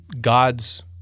God's